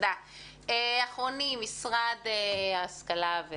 נציגת משרד ההשכלה,